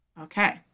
Okay